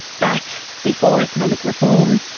back before economic reform,